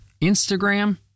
Instagram